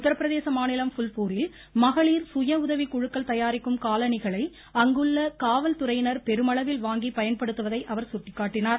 உத்திரப்பிரதேச மாநிலம் ஃபூல்பூரில் மகளிர் சுயஉதவி குழுக்கள் தயாரிக்கும் காலணிகளை அங்குள்ள காவல்துறையினர் பெருமளவில் வாங்கி பயன்படுத்துவதை அவர் பாராட்டினார்